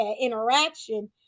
interaction